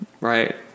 Right